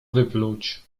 wypluć